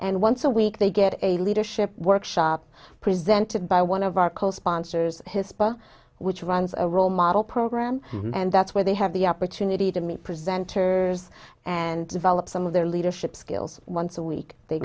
and once a week they get a leadership workshop presented by one of our co sponsors hisper which runs a role model program and that's where they have the opportunity to meet presenters and develop some of their leadership skills once a week they